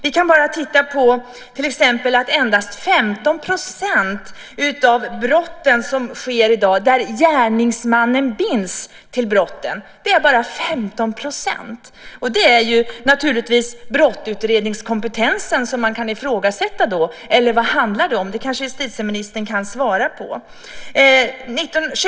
Endast i 15 % av de brott som sker i dag kan gärningsmannen bindas till brottet. Det är bara 15 %. Man kan då ifrågasätta brottsutredningskompetensen eller vad det handlar om. Justitieministern kanske kan svara på det.